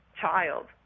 child